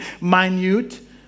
minute